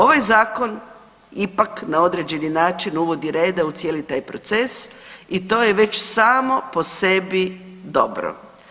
Ovaj zakon ipak na određeni način uvodi reda u cijeli taj proces i to je već samo po sebi dobro.